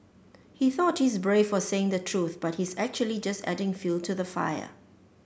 he thought he's brave for saying the truth but he's actually just adding fuel to the fire